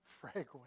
fragrant